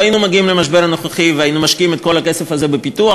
היינו מגיעים למשבר הנוכחי והיינו משקיעים את כל הכסף הזה בפיתוח,